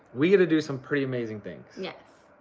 we had to do some pretty amazing things. yes.